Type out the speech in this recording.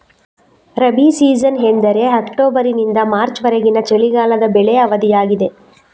rabi season ಎಂದರೆ ಅಕ್ಟೋಬರಿನಿಂದ March ವರೆಗಿನ ಚಳಿಗಾಲದ ಬೆಳೆ ಅವಧಿಯಾಗಿದೆ